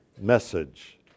message